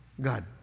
God